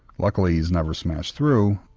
luckily he's never smashed through,